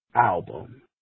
album